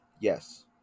Yes